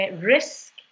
risk